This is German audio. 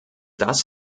das